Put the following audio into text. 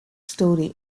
story